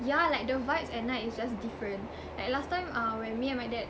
yeah like the vibes at night is just different like last time ah when me and my dad